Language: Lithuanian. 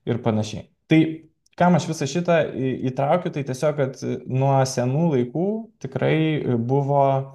ir panašiai tai kam aš visą šitą įtraukiu tai tiesiog kad nuo senų laikų tikrai buvo